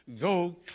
Go